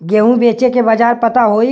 गेहूँ बेचे के बाजार पता होई?